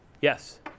Yes